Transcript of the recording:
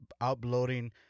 uploading